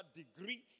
degree